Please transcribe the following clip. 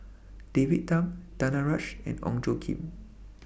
David Tham Danaraj and Ong Tjoe Kim